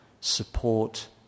support